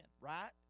right